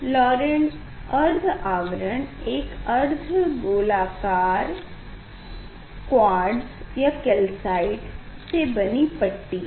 Laurent अर्ध आवरण एक अर्ध गोलाकार क्वार्ट्ज़ या कैल्साइट से बनी पट्टी है